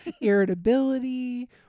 irritability